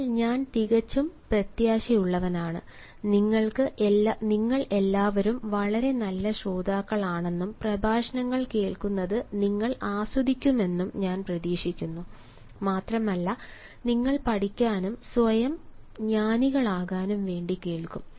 എന്നാൽ ഞാൻ തികച്ചും പ്രത്യാശയുള്ളവനാണ് നിങ്ങൾ എല്ലാവരും വളരെ നല്ല ശ്രോതാക്കളാണെന്നും പ്രഭാഷണങ്ങൾ കേൾക്കുന്നത് നിങ്ങൾ ആസ്വദിക്കുമെന്നും ഞാൻ പ്രതീക്ഷിക്കുന്നു മാത്രമല്ല നിങ്ങൾ പഠിക്കാനും സ്വയം ജ്ഞാനികളാകാനും വേണ്ടി കേൾക്കും